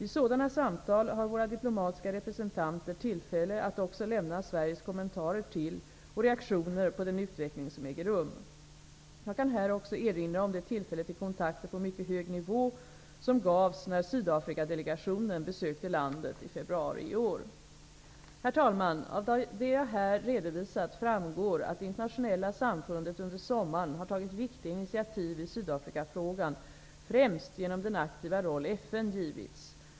I sådana samtal har våra diplomatiska representanter tillfälle att också lämna Sveriges kommentarer till och reaktioner på den utveckling som äger rum. Jag kan här också erinra om det tillfälle till kontakter på mycket hög nivå som gavs när Sydafrikadelegationen besökte landet i februari i år. Herr talman! Av det jag här redovisat framgår att det internationella samfundet under sommaren har tagit viktiga initiativ i Sydafrikafrågan, främst genom den aktiva roll FN givits.